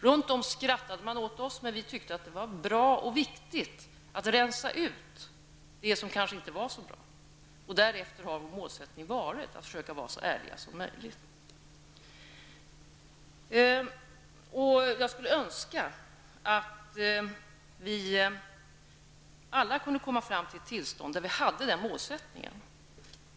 Runt om skrattade man åt oss, men vi tyckte att det var viktigt att rensa ut det som kanske inte var så bra. Och därefter har vår målsättning varit att försöka vara så ärliga som möjligt. Jag skulle önska att vi alla kunde komma fram till ett tillstånd där vi hade den målsättningen.